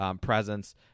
presence